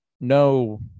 No